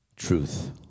Truth